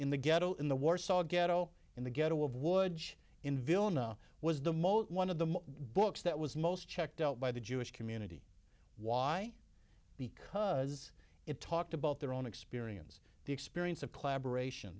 in the ghetto in the warsaw ghetto in the ghetto of woods in vilna was the most one of the books that was most checked out by the jewish community why because it talked about their own experience the experience of clabber ration